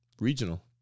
regional